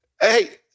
Hey